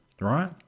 right